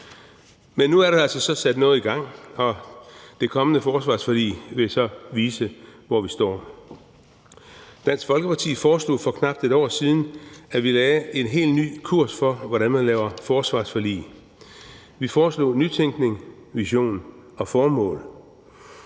Men nu er der altså så sat noget i gang, og det kommende forsvarsforlig vil så vise, hvor vi står. Dansk Folkeparti foreslog for knap et år siden, at vi lagde en helt ny kurs for, hvordan man laver forsvarsforlig. Vi foreslog nytænkning, vision og formål.